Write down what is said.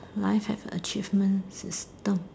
life have achievement system